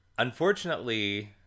Unfortunately